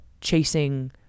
chasing